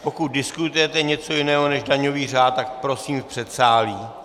Pokud diskutujete něco jiného než daňový řád, tak prosím v předsálí.